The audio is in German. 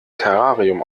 terrarium